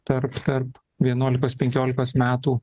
tarp tarp vienuolikos penkiolikos metų